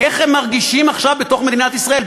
איך הם מרגישים עכשיו בתוך מדינת ישראל.